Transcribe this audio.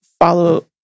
follow